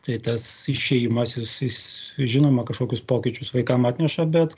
tai tas išėjimas jis jis žinoma kažkokius pokyčius vaikam atneša bet